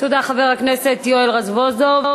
תודה, חבר הכנסת יואל רזבוזוב.